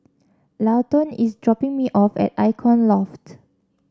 Llawton is dropping me off at Icon Loft